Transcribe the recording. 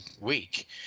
week